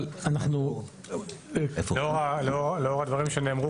אבל אנחנו --- לאור הדברים שנאמרו